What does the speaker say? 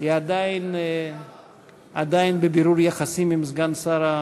היא עדיין בבירור יחסים עם סגן שר האוצר?